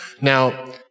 Now